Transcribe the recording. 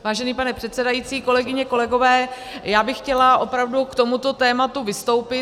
Vážený pane předsedající, kolegyně, kolegové, já bych chtěla opravdu k tomuto tématu vystoupit.